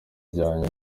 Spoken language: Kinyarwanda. ijyanye